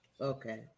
Okay